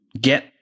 get